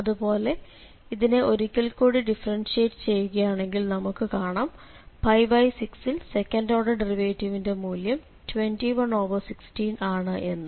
അതു പോലെ ഇതിനെ ഒരിക്കൽ കൂടി ഡിഫറൻഷ്യേറ്റ് ചെയ്യുകയാണെങ്കിൽ നമുക്ക് കാണാം 6 ൽ സെക്കന്റ് ഓർഡർ ഡെറിവേറ്റിവിന്റെ മൂല്യം 2116ആണ് എന്ന്